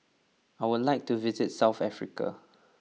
I would like to visit South Africa